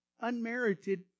Unmerited